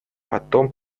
потом